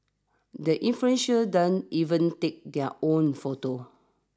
the influential don't even take their own photos